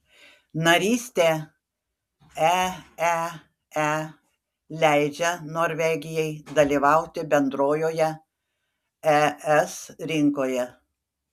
narystė eee leidžia norvegijai dalyvauti bendrojoje es rinkoje